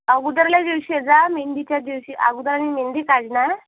अगोदरल्या दिवशी जा मेहंदीच्या दिवशी अगोदर आ मेहंदी काढणार